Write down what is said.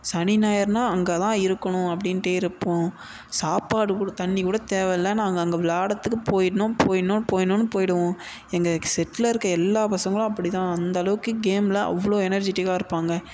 சனி ஞாயிறுனா அங்கே தான் இருக்கணும் அப்படின்ட்டே இருப்போம் சாப்பாடு கூட தண்ணி கூட தேவயில்ல நாங்கள் அங்கே விளாடுறதுக்கு போயிடணும் போயிடணும் போயிடணுன்னு போய்விடுவோம் எங்கள் செட்டில் இருக்க எல்லாப் பசங்களும் அப்படி தான் அந்தளவுக்கு கேமில் அவ்வளோ எனர்ஜிடிக்காக இருப்பாங்க